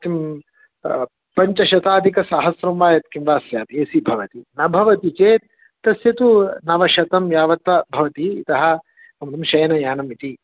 किं पञ्चशताधिकसहस्रं वा यत् किं वा स्यात् ए सि भवति न भवति चेत् तस्य तु नवशतं यावता भवति अतः शयनयानम् इति